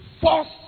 force